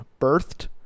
birthed